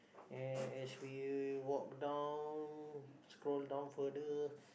and as we walk down scroll down further